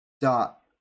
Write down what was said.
Dot